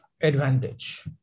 advantage